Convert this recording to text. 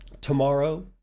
Tomorrow